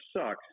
sucks